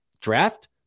draft